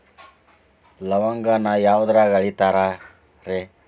ಲವಂಗಾನ ಯಾವುದ್ರಾಗ ಅಳಿತಾರ್ ರೇ?